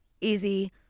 easy